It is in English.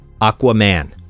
aquaman